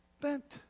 bent